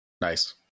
nice